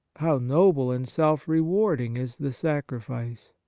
how noble and self-rewarding is the sacrifice!